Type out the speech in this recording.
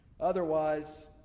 Otherwise